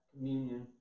communion